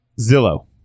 Zillow